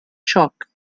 xoc